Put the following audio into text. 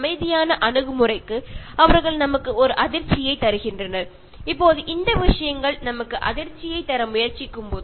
ഇതൊക്ക മനുഷ്യന്റെ പ്രകൃതിയോടുള്ള നിരുത്തരവാദിത്തപരമായ സമീപനത്തെയാണ് സൂചിപ്പിക്കുന്നത്